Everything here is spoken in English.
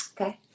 Okay